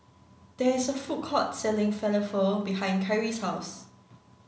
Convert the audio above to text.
there's a food court selling Falafel behind Kyrie's house